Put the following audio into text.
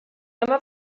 dyma